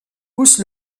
pousse